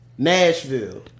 Nashville